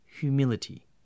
Humility